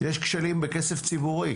בכסף ציבורי